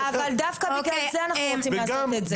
אבל דווקא בגלל זה אנחנו רוצים לעשות את זה.